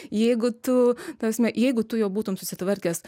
jeigu tu ta prasme jeigu tu jau būtum susitvarkęs